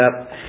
up